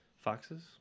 foxes